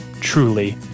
Truly